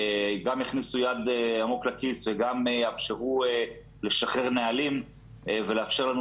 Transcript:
גם יכניסו יד עמוק לכיס וגם יאפשרו לשחרר נהלים ולאפשר לנו